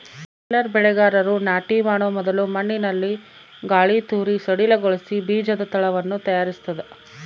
tiller ಬೆಳೆಗಾರರು ನಾಟಿ ಮಾಡೊ ಮೊದಲು ಮಣ್ಣಿನಲ್ಲಿ ಗಾಳಿತೂರಿ ಸಡಿಲಗೊಳಿಸಿ ಬೀಜದ ತಳವನ್ನು ತಯಾರಿಸ್ತದ